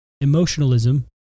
emotionalism